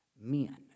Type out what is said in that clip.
men